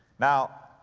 now,